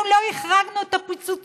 אנחנו לא החרגנו את הפיצוציות,